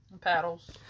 paddles